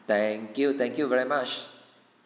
thank you thank you very much